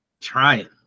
Trying